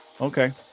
Okay